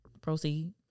Proceed